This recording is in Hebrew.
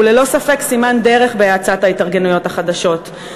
היא ללא ספק סימן דרך בהאצת ההתארגנויות החדשות.